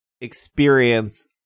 experience